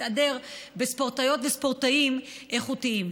תתהדר בספורטאיות וספורטאים איכותיים.